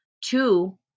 Two